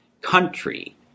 country